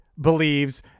believes